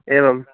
एवं